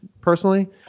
personally